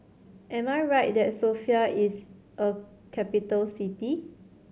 am I right that Sofia is a capital city